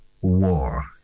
war